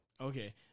Okay